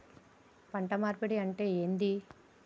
పంట మార్పిడి అంటే ఏంది?